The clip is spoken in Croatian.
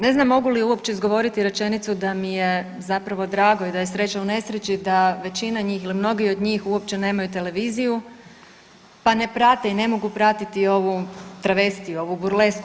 Ne znam mogu li uopće izgovoriti rečenicu da mi je zapravo drago i da je sreća u nesreći da većina njih ili mnogi od njih uopće nemaju televiziju pa ne prate i ne mogu pratiti ovu travestiju, ovu burlesku.